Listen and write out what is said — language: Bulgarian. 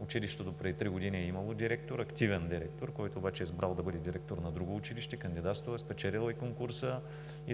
училището допреди три години е имало активен директор, който обаче е избрал да бъде директор на друго училище, кандидатствал е, спечелил е конкурса.